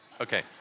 Okay